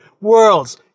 World's